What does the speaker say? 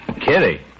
Kitty